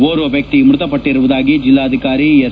ಓರ್ವ ವಕ್ಷಿ ಮೃತಪಟ್ಟರುವುದಾಗಿ ಜೆಲ್ಲಾಧಿಕಾರಿ ಎಸ್